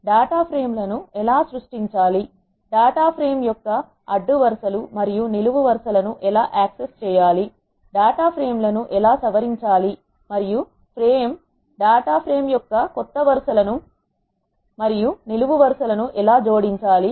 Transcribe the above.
data frame లను ఎలా సృష్టించాలి డేటా ప్రేమ్ యొక్క అడ్డు వరుస లు మరియు నిలువు వరసల ను ఎలా యాక్సెస్ చేయాలి డేటా ప్రేమ్ లను ఎలా సవరించాలి మరియు ఫ్రేమ్ డేటా ఫ్రేమ్ యొక్క కొత్త అడ్డు వరుస లను మరియు నిలువు వరుస లను ఎలా జోడించాలి